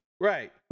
Right